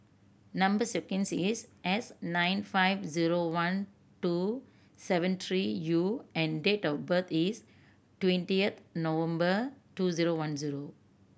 number sequence is S nine five zero one two seven three U and date of birth is twentieth November two zero one zero